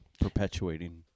perpetuating